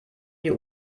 die